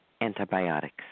Antibiotics